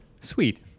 sweet